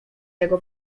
jego